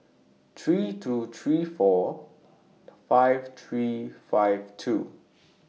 three two three four five three five two